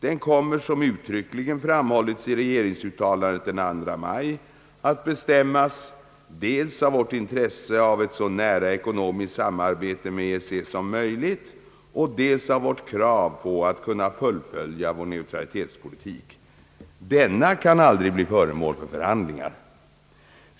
Den kommer, som uttryckligen framhållits i regeringsuttalandet den 2 maj, att bestämmas dels av vårt intresse av ett så nära ekonomiskt samarbete med EEC som möjligt och dels av vårt krav på att kunna fullfölja vår neutralitetspolitik. Denna kan aldrig bli föremål för förhandlingar.